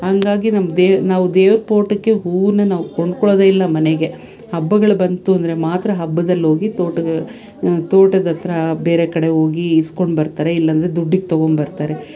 ಹಂಗಾಗಿ ನಮ್ಮ ದೇ ನಾವು ದೇವರ ಪೋಟೊಕ್ಕೆ ಹೂವನ್ನೆ ನಾವು ಕೊಂಡ್ಕೊಳ್ಳೋದೆ ಇಲ್ಲ ಮನೆಗೆ ಹಬ್ಬಗಳು ಬಂತು ಅಂದರೆ ಮಾತ್ರ ಹಬ್ಬದಲ್ಲಿ ಹೋಗಿ ತೋಟಗ ತೋಟದತ್ರ ಬೇರೆ ಕಡೆ ಹೋಗಿ ಇಸ್ಕೊಂಡ್ಬರ್ತಾರೆ ಇಲ್ಲಾಂದ್ರೆ ದುಡ್ಡಿಗೆ ತೊಗೊಂಡ್ಬರ್ತಾರೆ